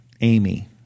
Amy